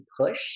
push